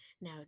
Now